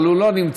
אבל הוא לא נמצא,